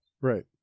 Right